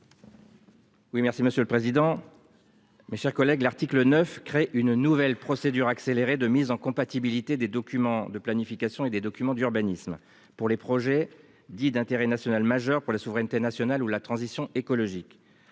Oui, merci monsieur le président. Mes chers collègues, l'article 9 crée une nouvelle procédure accélérée de mise en compatibilité des documents de planifications et des documents d'urbanisme pour les projets dits d'intérêt national majeur pour la souveraineté nationale ou la transition écologique,